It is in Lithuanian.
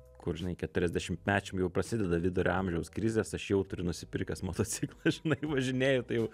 kur žinai keturiasdešimtmečiui jau prasideda vidurio amžiaus krizės aš jau turiu nusipirkęs motociklą žinai važinėju tai jau